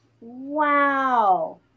Wow